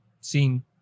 seen